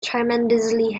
tremendously